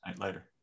later